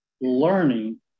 learning